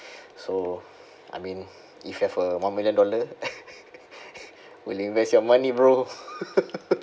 so I mean if you have a one million dollar will you invest your money bro